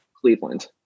Cleveland